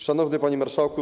Szanowny Panie Marszałku!